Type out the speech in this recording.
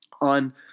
on